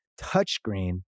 touchscreen